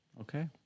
okay